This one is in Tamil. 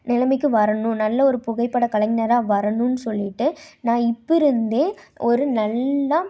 நிலமைக்கு வரணும் நல்ல ஒரு புகைப்படக் கலைஞரா வரணும்னு சொல்லிவிட்டு நான் இப்போருந்தே ஒரு நல்லா